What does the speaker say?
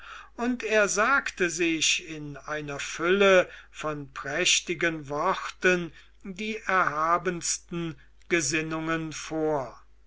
und er sagte sich in einer fülle von prächtigen worten die erhabensten gesinnungen vor